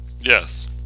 Yes